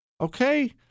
Okay